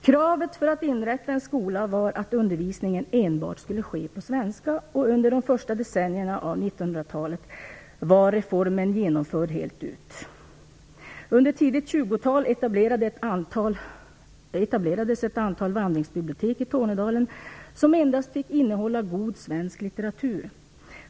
Kravet för inrättandet av en skola var att undervisningen enbart skulle ske på svenska, och under de första decennierna av 1900-talet genomfördes reformen helt ut. Under tidigt 20-tal etablerade ett antal vandringsbibliotek i Tornedalen, som endast fick innehålla god svensk litteratur.